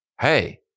hey